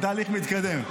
הם בתהליך מתקדם.